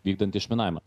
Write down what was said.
vykdant išminavimą